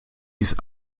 ist